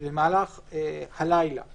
במהלך הלילה